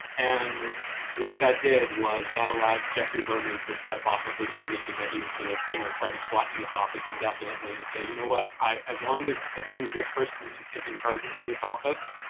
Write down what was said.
and what that did was that allowed jeffrey berman to step off of this position, that he was going to, you know, try to squat in this office indefinitely and say, you know what? as long as as long as this person is in charge of this office,